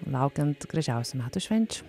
laukiant gražiausių metų švenčių